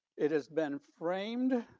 it has been framed.